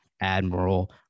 admiral